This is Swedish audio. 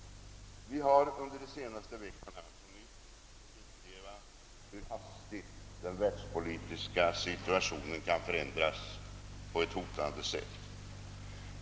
Vi har under de senaste veckorna på nytt fått uppleva hur hastigt den världspolitiska situationen kan förändras på ett hotande sätt.